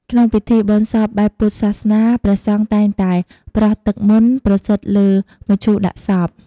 ក្នុងពិធីបុណ្យសពបែបពុទ្ធសាសនា ព្រះសង្ឃតែងតែប្រស់ទឹកមន្តប្រសិទ្ធិលើមឈូសដាក់សព។